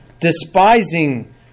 Despising